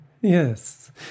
Yes